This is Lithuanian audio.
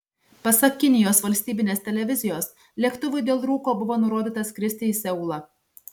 pasak kinijos valstybinės televizijos lėktuvui dėl rūko buvo nurodyta skristi į seulą